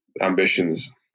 ambitions